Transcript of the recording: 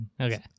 Okay